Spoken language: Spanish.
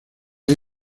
por